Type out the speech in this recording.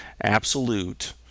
absolute